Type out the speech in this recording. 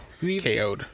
KO'd